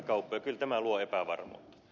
kyllä tämä luo epävarmuutta